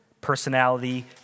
personality